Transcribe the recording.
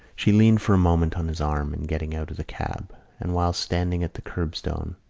she leaned for a moment on his arm in getting out of the cab and while standing at the curbstone,